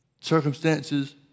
circumstances